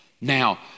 now